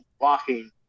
walking